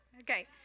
Okay